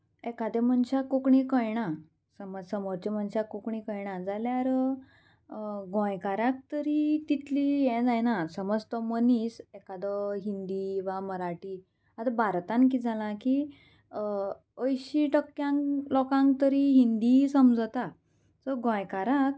एकाद्या मनशाक कोंकणी कळना समज समोरच्या मनशाक कोंकणी कळना जाल्यार गोंयकाराक तरी तितली हें जायना समज तो मनीस एकादो हिंदी वा मराठी आतां भारतान कित जालां की अंयशीं टक्क्यांक लोकांक तरी हिंदी समजता सो गोंयकाराक